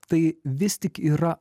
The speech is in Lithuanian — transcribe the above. tai vis tik yra